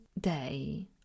day